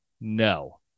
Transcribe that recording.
no